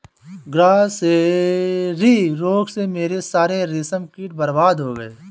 grasserie रोग से मेरे सारे रेशम कीट बर्बाद हो गए